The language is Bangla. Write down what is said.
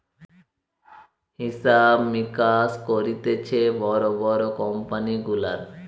হিসাব মিকাস করতিছে বড় বড় কোম্পানি গুলার